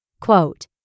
Quote